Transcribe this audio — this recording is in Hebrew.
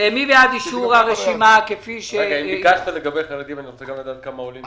אם ביקשת לגבי חרדים, אני רוצה לדעת לגבי עולים.